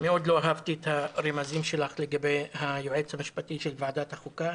מאוד לא אהבתי את הרמזים שלך לגבי היועץ המשפטי של ועדת החוקה.